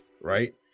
right